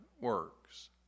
works